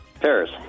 Paris